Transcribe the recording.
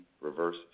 reverse